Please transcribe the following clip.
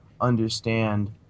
understand